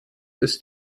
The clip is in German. ist